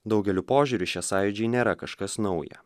daugeliu požiūrių šie sąjūdžiai nėra kažkas nauja